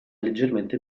leggermente